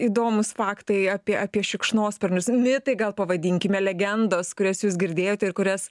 įdomūs faktai apie apie šikšnosparnius mitai gal pavadinkime legendos kurias jūs girdėjote ir kurias